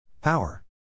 Power